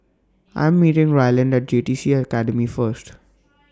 I Am meeting Ryland At J T C Academy First